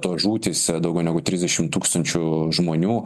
tos žūtys daugiau negu trisdešim tūkstančių žmonių